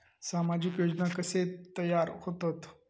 सामाजिक योजना कसे तयार होतत?